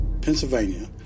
Pennsylvania